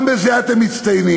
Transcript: גם בזה אתם מצטיינים.